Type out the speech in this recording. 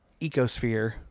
ecosphere